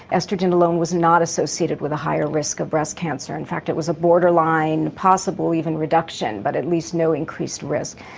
oestrogen alone was not associated with a higher risk of breast cancer. in fact it was a borderline possible even reduction, but at least no increased risk.